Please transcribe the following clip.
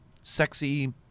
sexy